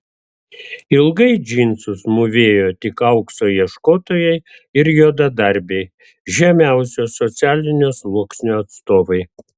ilgai džinsus mūvėjo tik aukso ieškotojai ir juodadarbiai žemiausio socialinio sluoksnio atstovai